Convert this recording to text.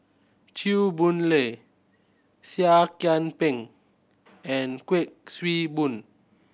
Chew Boon Lay Seah Kian Peng and Kuik Swee Boon